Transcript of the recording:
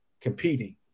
competing